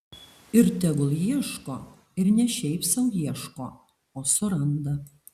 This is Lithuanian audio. ir tegul ieško ir ne šiaip sau ieško o suranda